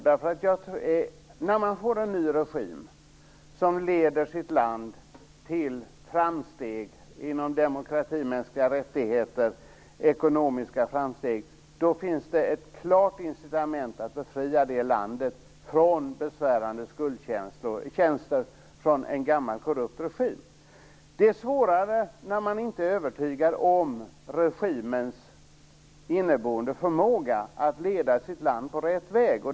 När det kommer en ny regim som leder sitt land till framsteg inom demokrati, mänskliga rättigheter och ekonomi finns det ett klart incitament att befria det landet från besvärande skuldtjänster från en gammal korrupt regim. Det är svårare när man inte är övertygad om regimens inneboende förmåga att leda sitt land på rätt väg.